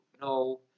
No